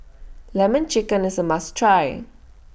Lemon Chicken IS A must Try